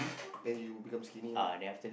then you'll become skinny lah